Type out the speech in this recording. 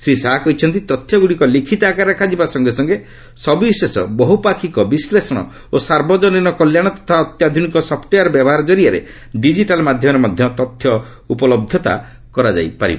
ଶ୍ରୀ ଶାହା କହିଛନ୍ତି ତଥ୍ୟଗୁଡ଼ିକ ଲିଖିତ ଆକାରରେ ରଖାଯିବା ସଙ୍ଗେ ସଙ୍ଗେ ସବିଶେଷ ବହୁପାକ୍ଷିକ ବିଶ୍ଳେଷଣ ଓ ସାର୍ବଜନୀନ କଲ୍ୟାଣ ତଥା ଅତ୍ୟାଧୁନିକ ସପୂଓ୍ବେୟାର୍ ବ୍ୟବହାର କରିଆରେ ଡିଜିଟାଲ୍ ମାଧ୍ୟମରେ ତଥ୍ୟ ଉପଲବ୍ଧତା କରାଯାଇ ପାରିବ